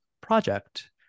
project